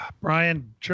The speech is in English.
Brian